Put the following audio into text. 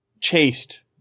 chased